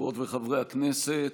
חברות וחברי הכנסת,